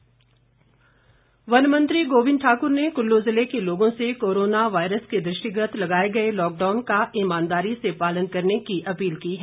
गोविंद ठाकुर वन मंत्री गोविंद ठाकुर ने कुल्लू जिले के लोगों से कोरोना वायरस के दृष्टिगत लगाए गए लॉकडाउन का ईमानदारी से पालन करने की अपील की है